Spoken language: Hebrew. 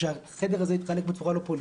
ושהחדר הזה יתחלק בצורה לא פוליטית,